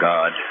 God